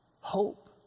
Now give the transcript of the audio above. Hope